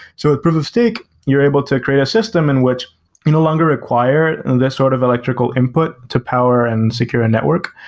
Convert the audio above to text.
so proof of stake, you're able to create in which you no longer require this sort of electrical input to power and secure a network.